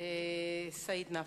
סעיד נפאע.